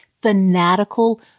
fanatical